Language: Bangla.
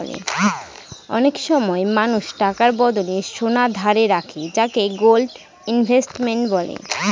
অনেক সময় মানুষ টাকার বদলে সোনা ধারে রাখে যাকে গোল্ড ইনভেস্টমেন্ট বলে